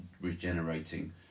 regenerating